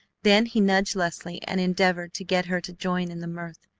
then he nudged leslie and endeavored to get her to join in the mirth.